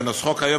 בנוסחו כיום,